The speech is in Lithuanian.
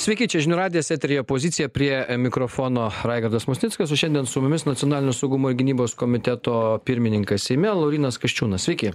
sveiki čia žinių radijas eteryje pozicija prie mikrofono raigardas musnickas o su šiandien su mumis nacionalinio saugumo gynybos komiteto pirmininkas seime laurynas kasčiūnas sveiki